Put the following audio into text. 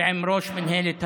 ועם ראש מינהלת הבדואים,